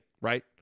right